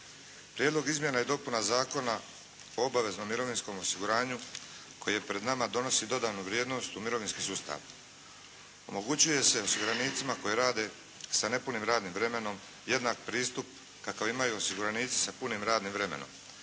Prijedlog izmjena i dopuna Zakona o obaveznom mirovinskom osiguranju koji je pred nama donosi dodanu vrijednost u mirovinski sustav. Omogućuje se osiguranicima koji rade sa nepunim radnim vremenom jednak pristup kakav imaju osiguranici sa punim radnim vremenom,